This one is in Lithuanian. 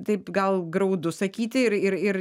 taip gal graudu sakyti ir ir ir